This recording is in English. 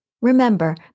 Remember